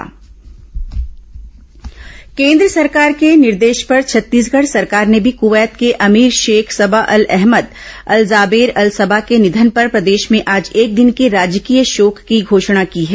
राजकीय शोक केन्द्र सरकार के निर्देश पर छत्तीसगढ़ सरकार ने भी कवैत के अमीर Sheikh Sabah Al Ahmad Al Jaber Al Sabah के निधन पर प्रदेश में आज एक दिन के राजकीय शोक की घोषणा की है